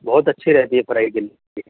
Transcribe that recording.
بہت اچھی رہتی ہے فرائی کے لیے